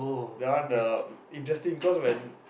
that one the interesting cause when